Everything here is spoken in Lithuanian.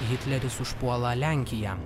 hitleris užpuola lenkiją